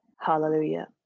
Hallelujah